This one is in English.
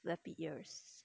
flappy ears